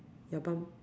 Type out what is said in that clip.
your bump~